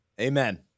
Amen